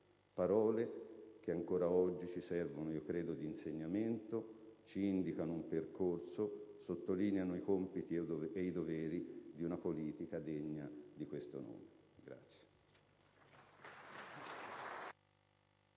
Parole che, ancora oggi, ci servono di insegnamento, ci indicano un percorso, sottolineano i compiti e i doveri di una politica degna di questo nome.